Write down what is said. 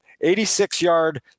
86-yard